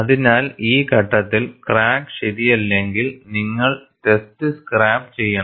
അതിനാൽ ഈ ഘട്ടത്തിൽ ക്രാക്ക് ശരിയല്ലെങ്കിൽ നിങ്ങൾ ടെസ്റ്റ് സ്ക്രാപ്പ് ചെയ്യണം